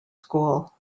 school